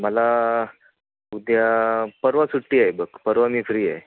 मला उद्या परवा सुट्टी आहे बघ परवा मी फ्री आहे